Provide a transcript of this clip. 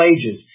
Ages